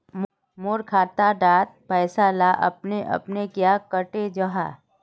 मोर खाता डार पैसा ला अपने अपने क्याँ कते जहा?